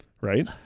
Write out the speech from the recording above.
right